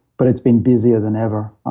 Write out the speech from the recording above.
but it's been busier than ever,